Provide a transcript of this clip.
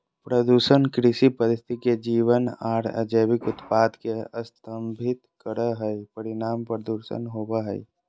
प्रदूषण कृषि पद्धति के जैविक आर अजैविक उत्पाद के संदर्भित करई हई, परिणाम प्रदूषण होवई हई